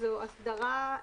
זו אסדרה.